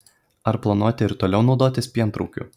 ar planuojate ir toliau naudotis pientraukiu